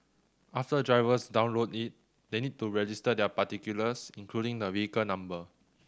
after drivers download it they need to register their particulars including the vehicle number